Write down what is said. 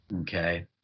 Okay